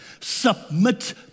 Submit